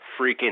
freaking